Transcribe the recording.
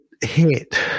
hit